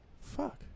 Fuck